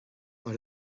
mar